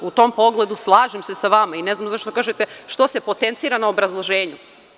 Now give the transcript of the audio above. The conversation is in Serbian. U tom pogledu slažem se sa vama i ne znam zašto kažete – što se potencira na obrazloženju.